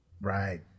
Right